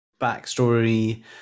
backstory